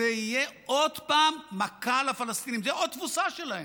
אז תהיה עוד פעם מכה לפלסטינים ועוד תבוסה שלהם.